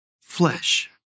flesh